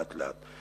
לאט לאט.